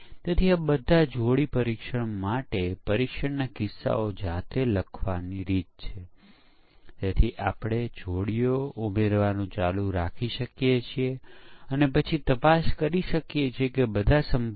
તેથી એકમ પરીક્ષણ એ પરીક્ષણના પ્રયત્નોને ઘટાડે છે ડીબગીંગ પ્રયત્નો ઘટાડે છે